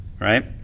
right